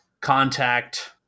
contact